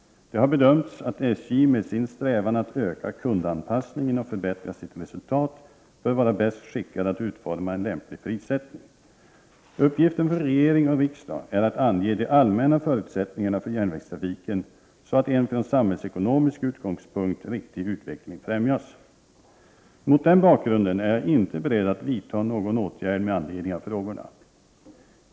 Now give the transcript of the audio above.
Det har bedömts att SJ med sin strävan att öka kundanpassningen och förbättra sitt resultat bör vara bäst skickat att utforma en lämplig prissättning. Uppgiften för regering och riksdag är att ange de allmänna förutsättningarna för järnvägstrafiken, så att en från samhällsekonomisk utgångspunkt riktig utveckling främjas. Mot den bakgrunden är jag inte beredd att vidta någon åtgärd med anledning av frågorna.